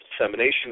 dissemination